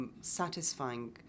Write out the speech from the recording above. Satisfying